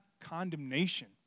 condemnation